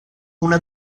una